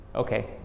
Okay